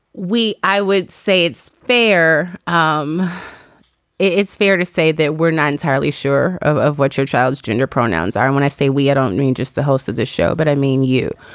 we i would say it's fair. um it's fair to say that we're not entirely sure of of what your child's gender pronouns are and when i say we i don't mean just the host of this show but i mean you.